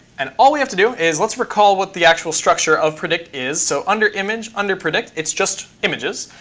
and all we have to do is let's recall what the actual structure of predict is. so under image, under predict, it's just images.